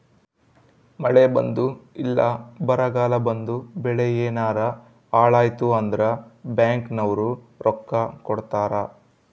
ಮಳೆ ಬಂದು ಇಲ್ಲ ಬರಗಾಲ ಬಂದು ಬೆಳೆ ಯೆನಾರ ಹಾಳಾಯ್ತು ಅಂದ್ರ ಬ್ಯಾಂಕ್ ನವ್ರು ರೊಕ್ಕ ಕೊಡ್ತಾರ